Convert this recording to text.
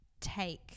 take